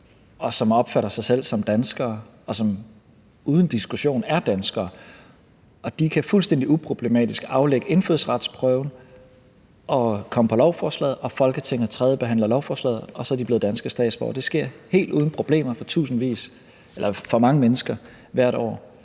som opfatter sig selv som danskere, og som uden diskussion er danskere. Og de kan fuldstændig uproblematisk aflægge indfødsretsprøven og komme på lovforslaget, og Folketinget tredjebehandler lovforslaget, og så er de blevet danske statsborgere. Det sker helt uden problemer for mange mennesker hvert år.